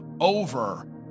over